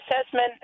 assessment